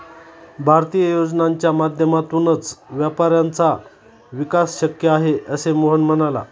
भारतीय योजनांच्या माध्यमातूनच व्यापाऱ्यांचा विकास शक्य आहे, असे मोहन म्हणाला